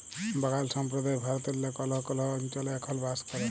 বাগাল সম্প্রদায় ভারতেল্লে কল্হ কল্হ অলচলে এখল বাস ক্যরে